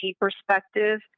perspective